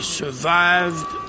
survived